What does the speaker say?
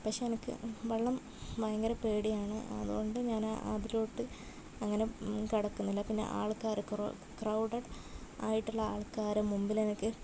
പക്ഷെ എനിക്ക് വെള്ളം ഭയങ്കര പേടിയാണ് അതുകൊണ്ട് ഞാനതിലോട്ട് അങ്ങനെ കടക്കുന്നില്ല പിന്നെ ആൾക്കാർ ക്രൗഡഡ് ആയിട്ടുള്ള ആൾക്കാരെ മുൻപിലെനിക്ക്